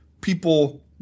people